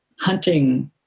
hunting